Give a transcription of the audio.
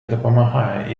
допомагає